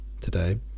today